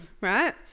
right